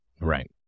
Right